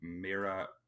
Mira